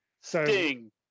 Sting